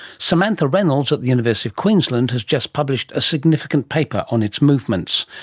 samantha reynolds at the university of queensland has just published a significant paper on its movements,